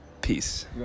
peace